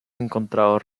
encontrado